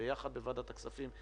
בוועדת הכספים,